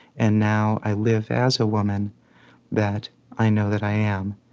and now i live as a woman that i know that i am.